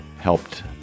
helped